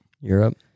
Europe